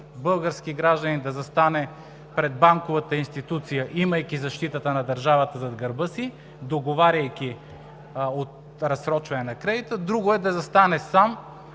български гражданин да застане пред банковата институция, имайки защитата на държавата зад гърба си, договаряйки разсрочване на кредита, друго е да застане сам,